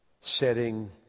setting